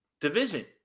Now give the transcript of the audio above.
division